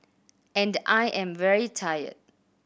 and I am very tired